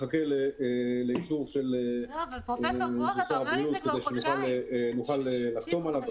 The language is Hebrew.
מחכה לאישור של שר הבריאות כדי שנוכל לחתום עליו.